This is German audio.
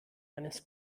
eines